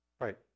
Right